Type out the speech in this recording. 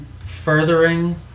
furthering